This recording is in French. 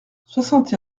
soixante